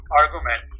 argument